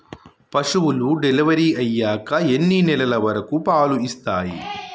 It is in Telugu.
పశువులు డెలివరీ అయ్యాక ఎన్ని నెలల వరకు పాలు ఇస్తాయి?